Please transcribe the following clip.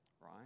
right